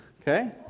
Okay